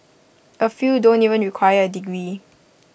A few don't even require A degree